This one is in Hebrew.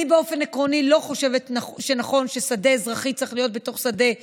אני באופן עקרוני לא חושבת שנכון ששדה אזרחי צריך להיות בתוך שדה צבאי,